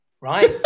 right